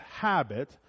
habit